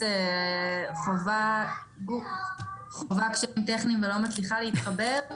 חווה קשיים טכניים ולא מצליחה להתחבר.